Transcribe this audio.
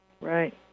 Right